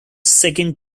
second